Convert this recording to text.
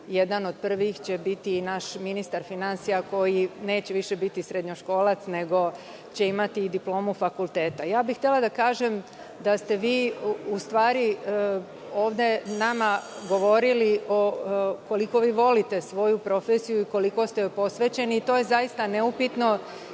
jedan od prvih će biti i naš ministar finansija koji neće više biti srednjoškolac nego će imati i diplomu fakulteta. Htela bih da kažem da ste vi u stvari ovde nama govorili o tome koliko vi volite svoju profesiju i koliko ste joj posvećeni i to je zaista nesporno,